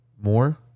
more